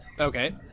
Okay